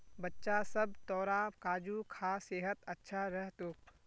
बच्चा सब, तोरा काजू खा सेहत अच्छा रह तोक